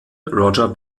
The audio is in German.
roger